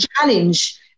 challenge